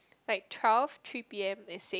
like twelve three p_m and six